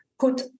put